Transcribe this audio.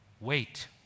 wait